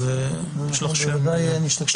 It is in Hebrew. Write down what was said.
אז יש לך שם טוב.